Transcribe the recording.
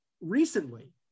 recently